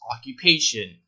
occupation